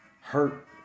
hurt